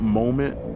moment